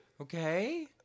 Okay